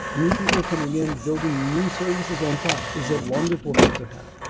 new people coming in building new services on top is a wonderful thing to have.